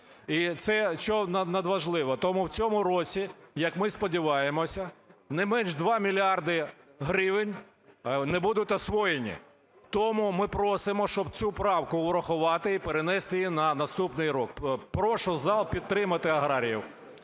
чого надважливо? Тому в цьому році, як ми сподіваємося, не менш 2 мільярдів гривень не будуть освоєні. Тому ми просимо, щоб цю правку врахувати і перенести її на наступний рік. Прошу зал підтримати аграріїв.